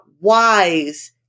wise